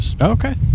Okay